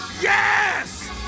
Yes